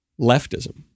leftism